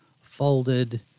folded